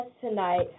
tonight